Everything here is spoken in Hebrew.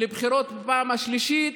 לבחירות בפעם השלישית,